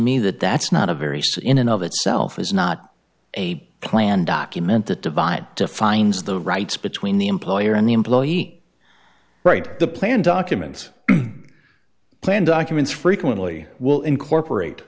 me that that's not a very so in and of itself is not a plan document that divide defines the rights between the employer and the employee write the plan documents plan documents frequently will incorporate